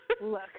Look